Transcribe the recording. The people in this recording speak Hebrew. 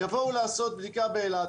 יבואו לעשות בדיקה באילת,